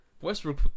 Westbrook